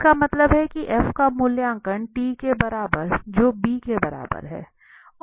इसका मतलब है कि f का मूल्यांकन t के बराबर जो b के बराबर है